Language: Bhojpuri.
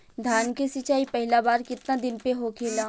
धान के सिचाई पहिला बार कितना दिन पे होखेला?